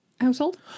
household